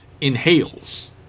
Inhales